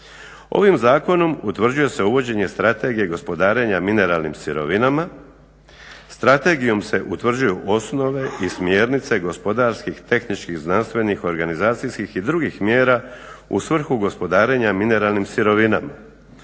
Ovim zakonom utvrđuje se uvođenje Strategija gospodarenje mineralnih sirovinama. Strategijom se utvrđuju osnove i smjernice gospodarskih, tehničkih, znanstvenih, organizacijskih i drugih mjera u svrhu gospodarenja mineralnim sirovinama.